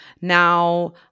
now